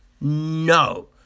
No